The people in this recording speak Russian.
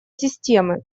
системы